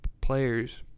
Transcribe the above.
players